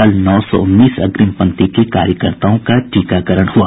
कल नौ सौ उन्नीस अग्रिम पंक्ति के कार्यकर्ताओं का टीकाकरण हुआ